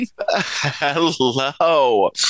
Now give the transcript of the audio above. Hello